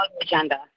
agenda